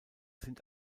sind